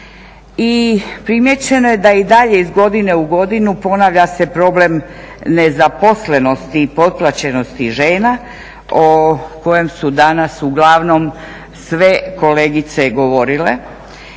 I primijećeno je da i dalje iz godinu u godinu ponavlja se problem nezaposlenosti i potplaćenosti žena o kojem su danas uglavnom sve kolegice govorile.